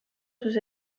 sus